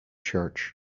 church